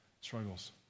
struggles